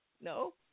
No